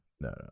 no